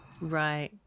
Right